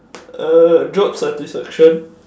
uh job satisfaction